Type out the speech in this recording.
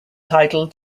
title